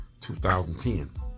2010